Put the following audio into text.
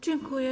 Dziękuję.